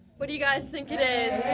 what do you guys think? a?